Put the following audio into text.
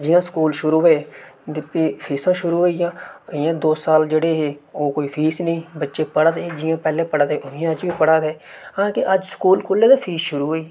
जियां स्कूल शुरू होए ते फ्ही फीसां शुरू होई गेइयां इयां दो साल जेह्ड़े हे ओह् कोई फीस नेईं ही बच्चे पढ़ै दे हे जियां पैह्ले पढ़ै दे हे इयां अज्ज बी पढ़ा दे हे हां अज्ज स्कूल खुल्ले ते फीस शुरू होई गेई